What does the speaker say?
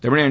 તેમણે એન